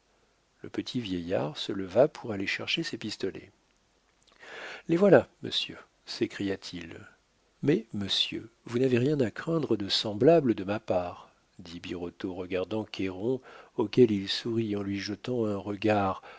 le petit vieillard se leva pour aller chercher ses pistolets les voilà monsieur s'écria-t-il mais monsieur vous n'avez rien à craindre de semblable de ma part dit birotteau regardant cayron auquel il sourit en lui jetant un regard